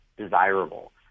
desirable